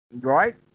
right